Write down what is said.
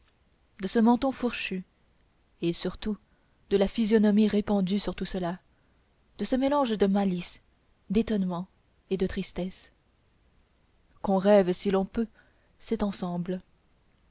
de ce menton fourchu et surtout de la physionomie répandue sur tout cela de ce mélange de malice d'étonnement et de tristesse qu'on rêve si l'on peut cet ensemble